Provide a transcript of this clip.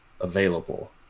available